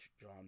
John